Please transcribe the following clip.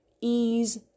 ease